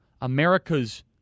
America's